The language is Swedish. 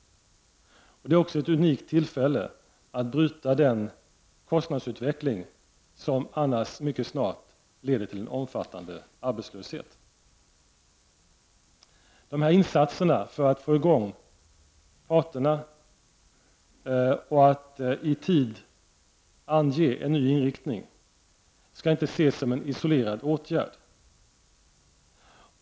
Det är också ett unikt tillfälle att bryta den kostnadsutveckling som annars mycket snart leder till en omfattande arbetslöshet. Dessa insatser för att få i gång parterna så att de i tid anger en ny inriktning skall inte ses som en isolerad åtgärd.